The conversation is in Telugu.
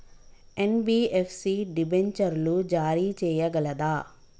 ఎన్.బి.ఎఫ్.సి డిబెంచర్లు జారీ చేయగలదా?